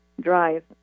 drive